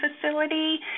facility